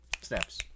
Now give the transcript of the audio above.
Snaps